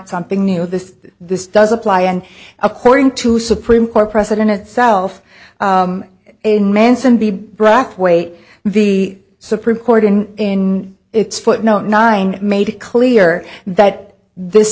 something new this this does apply and according to supreme court precedent itself in manson be brockway the supreme court in its footnote nine made it clear that this